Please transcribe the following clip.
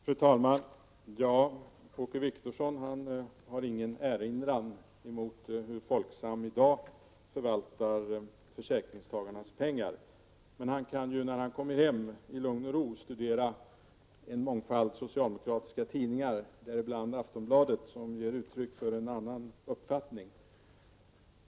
Fru talman! Åke Wictorsson har ingen erinran mot Folksams sätt att i dag förvalta försäkringstagarnas pengar, men han kan när han kommer hem i lugn och ro studera en mångfald socialdemokratiska tidningar, däribland Aftonbladet, som ger uttryck för en annan uppfattning.